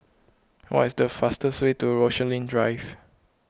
what is the fastest way to Rochalie Drive